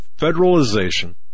federalization